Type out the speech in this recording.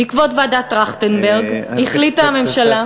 בעקבות ועדת טרכטנברג החליטה הממשלה,